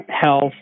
health